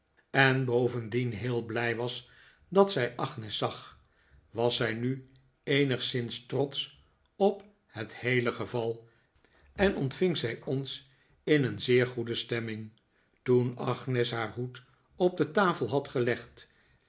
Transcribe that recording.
en bovendien heel blij was dat zij agnes zag was zij nu eenigszins trotsch op het heele geval en ontving zij ons in een zeer goede stemming toen agnes haar hoed op de tafel had gelegd